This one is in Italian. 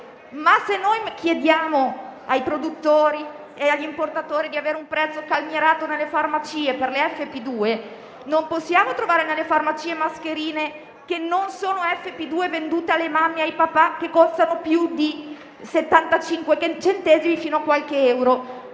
Ma se chiediamo ai produttori e agli importatori di avere un prezzo calmierato nelle farmacie per le FFP2, non possiamo trovare nelle farmacie delle mascherine che non siano FFP2 vendute alle mamme e ai papà e che costano più di 75 centesimi e fino a qualche euro.